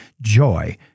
joy